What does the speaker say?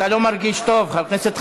אתה לא מרגיש טוב, חבר הכנסת חזן.